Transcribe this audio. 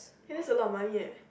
!hey! that's a lot of money eh